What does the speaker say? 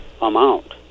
amount